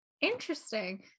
Interesting